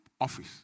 office